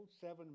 seven